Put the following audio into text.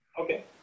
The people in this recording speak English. Okay